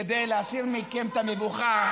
כדי להסיר מכם את המבוכה.